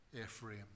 Ephraim